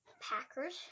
Packers